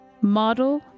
Model